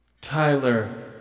Tyler